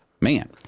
man